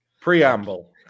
Preamble